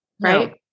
right